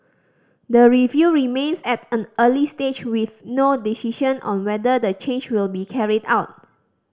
the review remains at an early stage with no decision on whether the change will be carried out